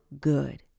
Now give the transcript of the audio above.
good